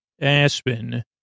Aspen